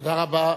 תודה רבה.